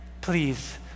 please